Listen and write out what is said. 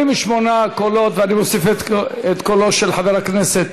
28 קולות, ואני מוסיף את קולו של חבר הכנסת